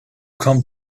come